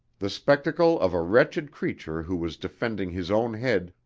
the spectacle of a wretched creature who was defending his own head,